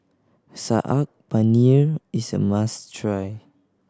Saag Paneer is a must try